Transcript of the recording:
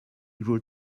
grew